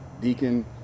Deacon